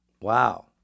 Wow